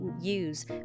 use